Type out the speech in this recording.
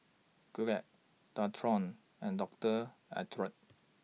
Glad Dualtron and Doctor Oetker